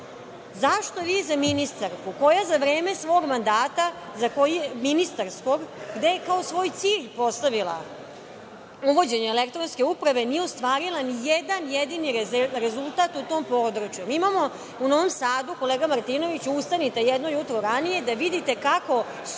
Zašto vi za ministarku koja je za vreme svog mandata ministarskog, gde je kao svoj cilj postavila uvođenje elektronske uprave, nije ostvarila ni jedan jedini rezultat u tom području? Mi imamo u Novom Sadu, kolega Martinoviću, ustanite jedno jutro ranije, da vidite kako